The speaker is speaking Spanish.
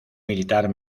militar